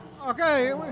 okay